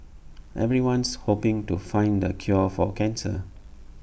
everyone's hoping to find the cure for cancer